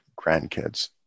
grandkids